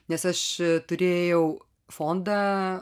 nes aš turėjau fondą